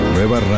Nueva